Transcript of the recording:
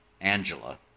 Angela